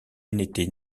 n’était